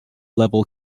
level